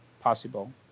possible